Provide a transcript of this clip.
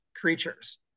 creatures